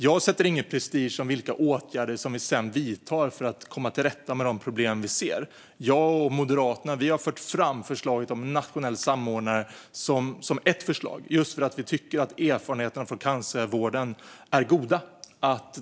Jag lägger ingen prestige i vilka åtgärder vi sedan vidtar för att komma till rätta med de problem som vi ser. Jag och Moderaterna har fört fram förslaget om en nationell samordnare som ett förslag just för att vi tycker att erfarenheterna från cancervården är goda.